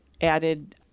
added